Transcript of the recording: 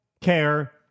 care